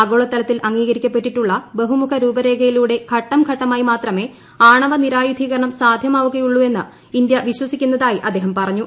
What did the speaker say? ആഗോളതലത്തിൽ അംഗീകരിക്കപ്പെട്ടിട്ടുള്ള ബഹുമുഖ രൂപരേഖയിലൂടെ ഘട്ടം ഘട്ടമായി മാത്രമേ ആണവ നിരായുധീകരണം സാധ്യമാവുകയുള്ളൂ എന്ന് ഇന്ത്യ വിശ്വസിക്കുന്നതായി അദ്ദേഹം പറഞ്ഞു